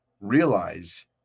realize